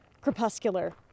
crepuscular